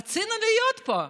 רצינו להיות פה,